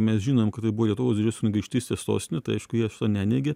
mes žinom kad tai buvo lietuvos kunigaikštystės sostinė tai aišku jie šito neneigia